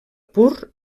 pur